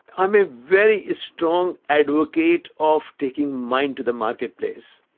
i'm a very strong advocate of taking mine to the marketplace.